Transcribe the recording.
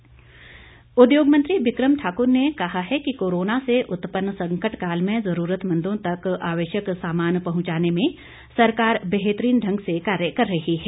बिक़म ठाकुर उद्योग मंत्री बिकम ठाकुर ने कहा है कोरोना से उत्पन्न संकटकाल में ज़रूरतमंदों तक आवश्यक सामान पहुंचाने में सरकार बेहतरीन ढंग से कार्य कर रही है